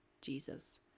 Jesus